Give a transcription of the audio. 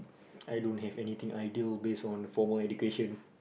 I don't have anything ideal based on formal education